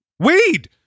Weed